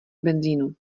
benzínu